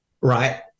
right